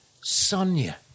Sonia